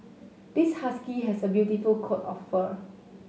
this husky has a beautiful coat of fur